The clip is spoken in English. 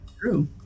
True